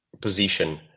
position